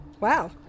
Wow